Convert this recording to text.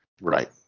Right